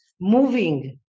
moving